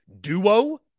duo